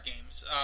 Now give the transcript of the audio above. games